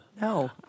No